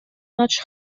حاج